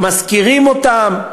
מזכירים אותם,